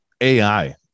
AI